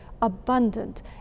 abundant